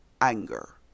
anger